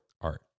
art